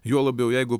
juo labiau jeigu